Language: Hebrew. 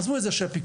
עזבו את זה שפיקוח,